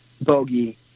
bogey